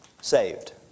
saved